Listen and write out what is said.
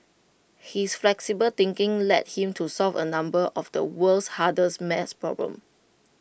his flexible thinking led him to solve A number of the world's hardest maths problems